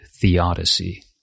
theodicy